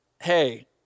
hey